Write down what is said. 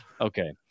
Okay